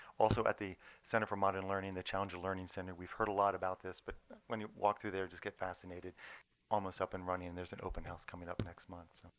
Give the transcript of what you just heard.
also at the center for modern learning, the challenger learning center, we've heard a lot about this. but when you walk through there, you just get fascinated almost up and running. and there's an open house coming up next month.